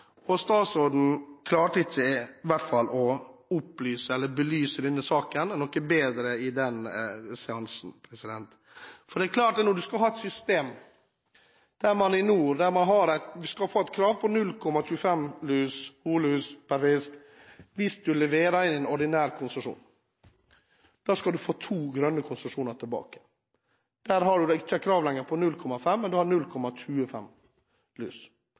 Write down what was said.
og statsråden klarte i hvert fall ikke å opplyse eller belyse denne saken noe bedre i den seansen. Vi skal ha et system der man i nord skal ha et krav om mindre enn 0,25 hunnlus per fisk hvis du leverer inn ordinær konsesjon, og da skal du få to grønne konsesjoner tilbake. Der har du ikke lenger krav om færre enn 0,5 hunnlus per fisk, men 0,25 lus per fisk. Da kan du